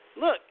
Look